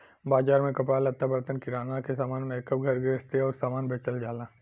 बाजार में कपड़ा लत्ता, बर्तन, किराना के सामान, मेकअप, घर गृहस्ती आउर सामान बेचल जाला